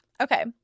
Okay